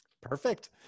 Perfect